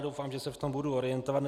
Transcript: Doufám, že se v tom budu orientovat.